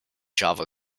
java